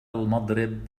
المضرب